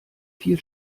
viel